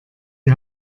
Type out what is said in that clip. die